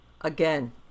again